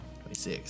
26